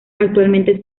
actualmente